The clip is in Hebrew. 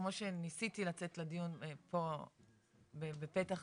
כמו שניסיתי לצאת לדיון פה בפתח דבריי,